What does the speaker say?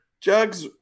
jugs